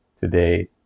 today